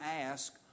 ask